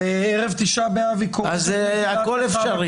אז הכול אפשרי.